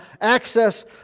access